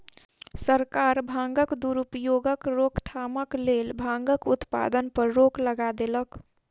सरकार भांगक दुरुपयोगक रोकथामक लेल भांगक उत्पादन पर रोक लगा देलक